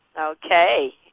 Okay